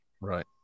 Right